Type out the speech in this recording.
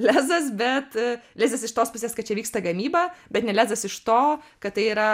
lezas bet lezas iš tos pusės kad čia vyksta gamyba bet ne lezas iš to kad tai yra